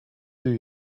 did